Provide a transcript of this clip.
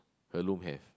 her room have